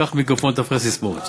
קח מיקרופון, תפריח ססמאות.